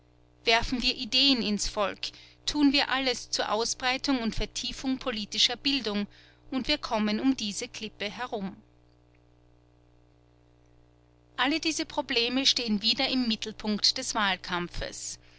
werfen wir ideen ins volk tun wir alles zur ausbreitung und vertiefung politischer bildung und wir kommen um diese klippe herum alle diese probleme stehen wieder im mittelpunkt des wahlkampfes